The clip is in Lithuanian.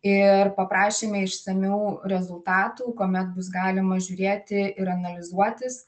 ir paprašėme išsamių rezultatų kuomet bus galima žiūrėti ir analizuotis